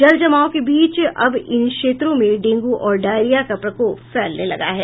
जल जमाव के बीच अब इन क्षेत्रों में डेंगू और डायरिया का प्रकोप फैलने लगा है